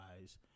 eyes